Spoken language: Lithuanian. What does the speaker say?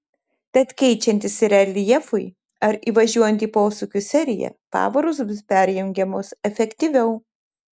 tad keičiantis reljefui ar įvažiuojant į posūkių seriją pavaros bus perjungiamos efektyviau